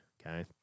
Okay